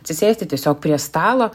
atsisėsti tiesiog prie stalo